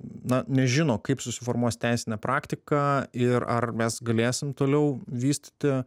na nežino kaip susiformuos teisinė praktika ir ar mes galėsim toliau vystyti